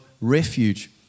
refuge